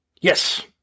Yes